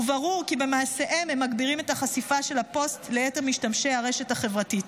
וברור כי במעשים מגבירים את החשיפה של הפוסט ליתר משתמשי הרשת החברתית.